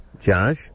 Josh